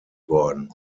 worden